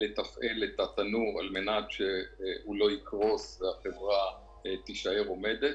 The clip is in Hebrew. לתפעל את התנור על מנת שהוא לא יקרוס והחברה תישאר עובדת.